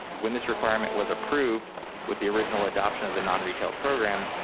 when this requirement was approved with the original adoption of the non-retail program,